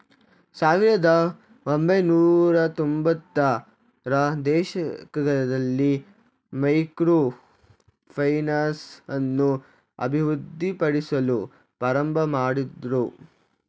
ಸಾವಿರದ ಒಂಬೈನೂರತ್ತೊಂಭತ್ತ ರ ದಶಕದಲ್ಲಿ ಮೈಕ್ರೋ ಫೈನಾನ್ಸ್ ಅನ್ನು ಅಭಿವೃದ್ಧಿಪಡಿಸಲು ಪ್ರಾರಂಭಮಾಡಿದ್ರು